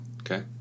Okay